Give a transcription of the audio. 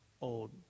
old